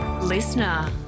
Listener